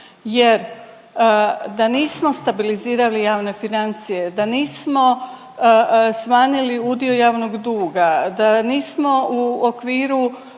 jer da nismo stabilizirali javne financije, da nismo smanjili udio javnog duga da nismo u okviru